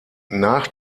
nach